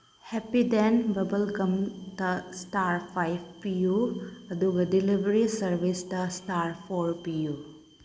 Happydent ꯕꯕꯜ ꯒꯝꯗ star five ꯄꯤꯌꯨ ꯑꯗꯨꯒ ꯗꯤꯂꯤꯚꯔꯤ ꯁꯔꯚꯤꯁꯇ ꯏꯁꯇꯥꯔ ꯐꯣꯔ ꯄꯤꯌꯨ